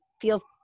feel